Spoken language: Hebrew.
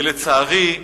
ולצערי,